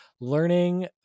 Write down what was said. Learning